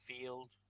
field